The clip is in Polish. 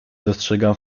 dostrzegam